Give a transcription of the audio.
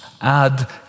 add